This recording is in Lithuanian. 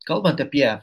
kalbant apie